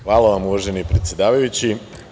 Hvala vam uvaženi predsedavajući.